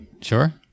Sure